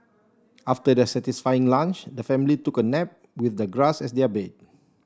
after their satisfying lunch the family took a nap with the grass as their bed